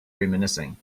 reminiscing